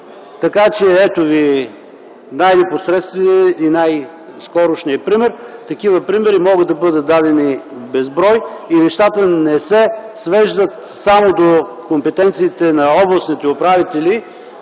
Така че ето ви най-непосредствения и най-скорошния пример. Такива примери могат да бъдат дадени безброй. Нещата не се свеждат само до компетенциите на областните управители,